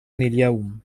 اليوم